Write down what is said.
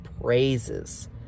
praises